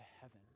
heaven